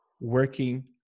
working